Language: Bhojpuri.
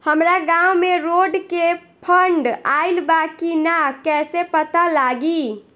हमरा गांव मे रोड के फन्ड आइल बा कि ना कैसे पता लागि?